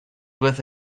with